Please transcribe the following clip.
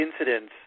incidents